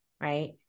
right